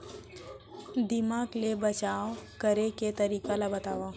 दीमक ले बचाव करे के तरीका ला बतावव?